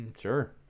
Sure